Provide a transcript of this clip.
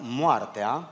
moartea